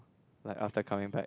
like after coming back